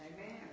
Amen